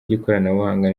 ry’ikoranabuhanga